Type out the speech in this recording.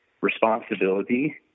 responsibility